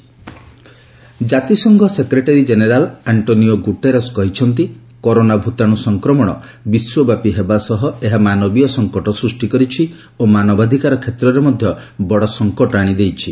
Covid Antonio Guterres ଜାତିସଂଘ secretary general Antonio Guterres କହିଛନ୍ତି corona ଭୂତାଣୁ ସଂକ୍ରମଣ ବିଶ୍ୱବ୍ୟାପୀ ହେବା ସହ ଏହା ମାନବୀୟ ସଂକଟ ସୃଷ୍ଟି କରିଛି ଓ ମାନବାଧିକାର କ୍ଷେତ୍ରରେ ମଧ୍ୟ ବଡ ସଂକଟ ଆଶିଦେଇଛି